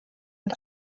mit